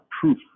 proof